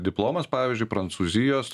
diplomas pavyzdžiui prancūzijos